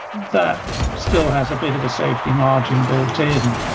that still has a bit of a safety margin built in.